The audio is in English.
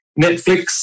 Netflix